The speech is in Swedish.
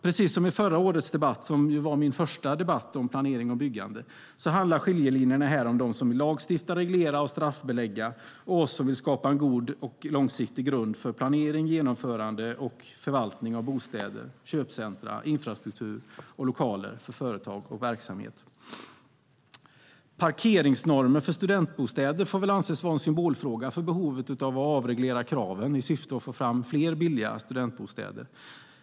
Precis som förra årets debatt, som var min första om planering och byggande, handlar skiljelinjerna om dem som vill lagstifta, reglera och straffbelägga och oss som vill skapa en god och långsiktig grund för planering, genomförande och förvaltning av bostäder, köpcentrum, infrastruktur och lokaler för företag och verksamhet. Parkeringsnormer för studentbostäder får väl anses vara en symbolfråga för behovet att avreglera kraven i syfte att få fram fler billiga studentbostäder.